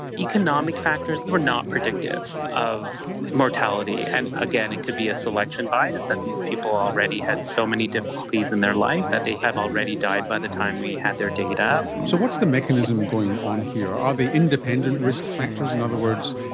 economic factors were not predictive of mortality. and again, it could be a selection bias that these people already had so many difficulties in their life that they had already died by the time we had their data. so what's the mechanism going on here? are they independent risk factors? in other words,